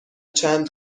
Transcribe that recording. چند